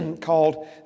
called